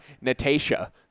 Natasha